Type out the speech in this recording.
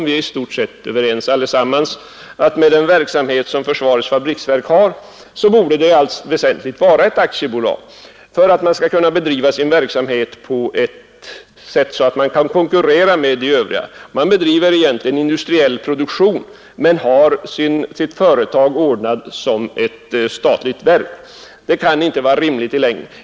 Vi är i stort sett överens om att med den verksamhet som förenade fabriksverken har borde fabriksverken i allt väsentligt vara ett aktiebolag för att man skall kunna bedriva sin verksamhet på ett sådant sätt att man kan konkurrera med andra bolag. Man bedriver egentligen industriell produktion men har sitt företag organiserat som ett statligt verk. Det kan inte vara rimligt i längden.